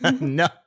No